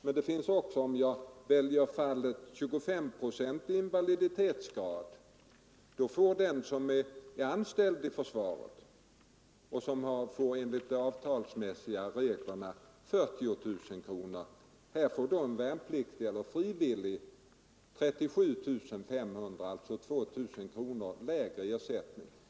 Men om jag väljer fallet med en 2S-procentig invaliditetsgrad, får den som är anställd i försvaret enligt de avtalmässiga reglerna 40 000 kronor. Här får de värnpliktiga och frivilliga 37 500 kronor, alltså en ca 2000 kronor lägre ersättning.